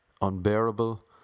Unbearable